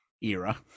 era